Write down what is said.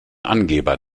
angeber